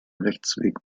rechtsweg